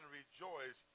rejoice